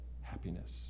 happiness